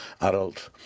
adult